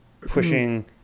pushing